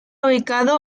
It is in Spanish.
ubicado